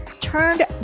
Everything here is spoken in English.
turned